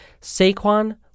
Saquon